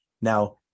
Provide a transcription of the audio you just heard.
Now